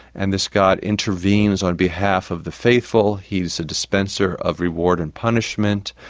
and this god intervenes on behalf of the faithful, he's a dispenser of reward and punishment,